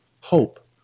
hope